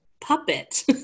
puppet